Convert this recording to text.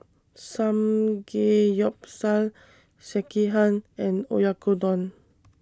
Samgeyopsal Sekihan and Oyakodon